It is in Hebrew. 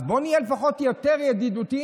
אז בואו נהיה לפחות יותר ידידותיים.